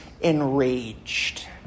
enraged